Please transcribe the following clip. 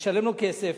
לשלם לו כסף,